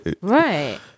Right